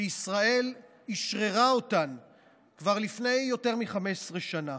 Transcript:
שישראל אשררה כבר לפני יותר מ-15 שנה.